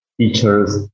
teachers